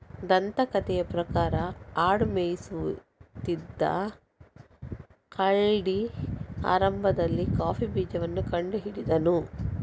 ದಂತಕಥೆಯ ಪ್ರಕಾರ ಆಡು ಮೇಯಿಸುತ್ತಿದ್ದ ಕಾಲ್ಡಿ ಆರಂಭದಲ್ಲಿ ಕಾಫಿ ಬೀಜವನ್ನ ಕಂಡು ಹಿಡಿದನು